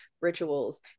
rituals